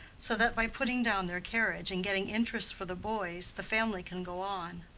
so that by putting down their carriage and getting interest for the boys, the family can go on.